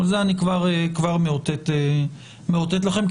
אני כבר מאותת לכם.